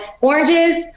oranges